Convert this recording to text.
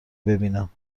ببینم